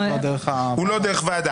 הוא לא דרך וועדה.